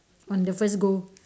on the first go